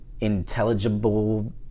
intelligible